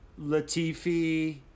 Latifi